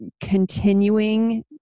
continuing